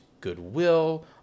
goodwill